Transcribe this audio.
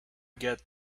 get